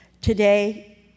Today